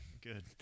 Good